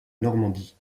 normandie